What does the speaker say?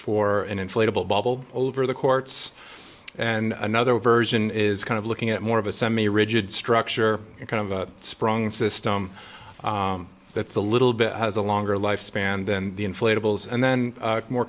for an inflatable bubble over the courts and another version is kind of looking at more of a semi rigid structure kind of sprung system that's a little bit has a longer life span than the inflatables and then more